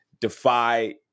defy